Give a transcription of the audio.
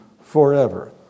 forever